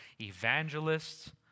evangelists